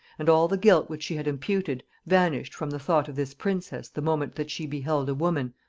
and all the guilt which she had imputed, vanished from the thought of this princess the moment that she beheld a woman,